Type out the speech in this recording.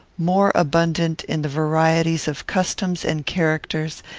more abundant in the varieties of customs and characters,